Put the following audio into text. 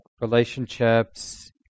relationships